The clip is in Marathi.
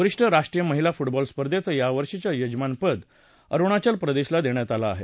वरिष्ठ राष्ट्रीय महिला फूटबॉल स्पर्धेचं या वर्षीचं यजमानपद अरुणाचल प्रदेशला देण्यात आलं आहे